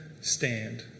stand